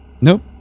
Nope